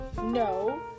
no